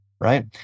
right